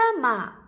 grandma